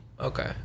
Okay